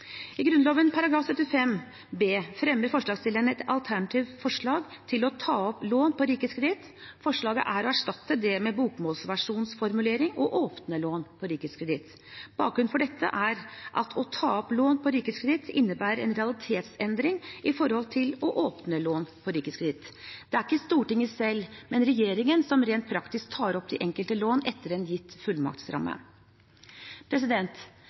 I Grunnloven § 75 b fremmer forslagsstillerne et alternativt forslag til «å ta opp lån på rikets kreditt». Forslaget er å erstatte det med bokmålsversjonens formulering, altså «å opne lån på rikets kreditt». Bakgrunnen for dette er at «å ta opp lån på rikets kreditt» innebærer en realitetsendring i forhold til «å åpne lån på rikets kreditt». Det er ikke Stortinget selv, men regjeringen, som rent praktisk tar opp de enkelte lån etter en gitt